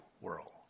world